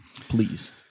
please